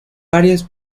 varias